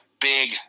big